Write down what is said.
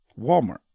Walmart